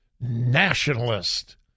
nationalist